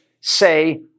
say